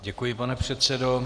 Děkuji, pane předsedo.